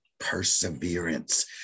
perseverance